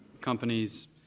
companies